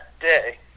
day